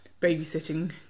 babysitting